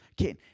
Okay